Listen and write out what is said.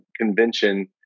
convention